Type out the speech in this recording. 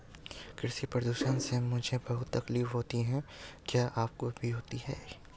कृषि प्रदूषण से मुझे बहुत तकलीफ होती है क्या आपको भी होती है